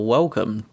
welcome